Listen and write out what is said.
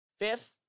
fifth